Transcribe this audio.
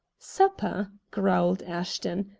supper! growled ashton.